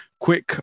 Quick